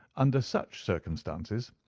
under such circumstances,